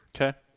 Okay